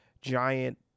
giant